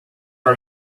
are